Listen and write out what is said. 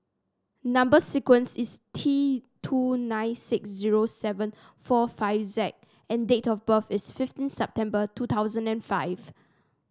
number sequence is T two nine six zero seven four five Z and date of birth is fifteen September two thousand and five